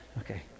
okay